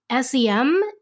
SEM